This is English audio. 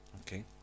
Okay